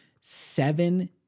seven